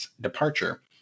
Departure